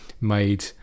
made